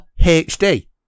HD